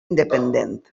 independent